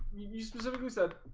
you specifically said.